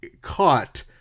caught